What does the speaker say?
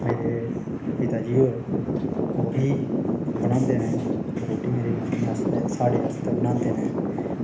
मेरे पिता जी होर ओह् बी बनांदे न रुट्टी मेरी मम्मी आस्तै साढ़े आस्तै बनांदे न